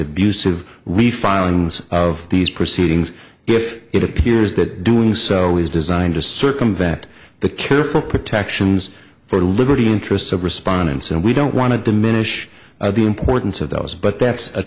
abusive refiling of these proceedings if it appears that doing so is designed to circumvent the careful protections for the liberty interests of respondents and we don't want to diminish the importance of those but that's